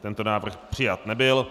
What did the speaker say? Tento návrh přijat nebyl.